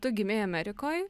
tu gimei amerikoj